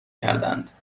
کردهاند